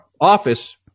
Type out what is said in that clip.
office